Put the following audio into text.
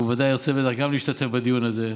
הוא ודאי ירצה להשתתף בדיון הזה.